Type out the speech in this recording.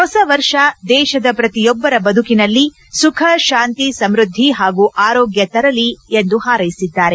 ಹೊಸ ವರ್ಷ ದೇಶದ ಪ್ರತಿಯೊಬ್ಬರ ಬದುಕಿನಲ್ಲಿ ಸುಖ ಶಾಂತಿ ಸಮೃದ್ದಿ ಮತ್ತು ಆರೋಗ್ಯ ತರಲಿ ಎಂದು ಹಾರೈಸಿದ್ದಾರೆ